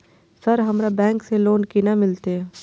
Sir हमरा bank से loan केना मिलते?